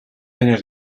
años